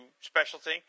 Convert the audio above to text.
specialty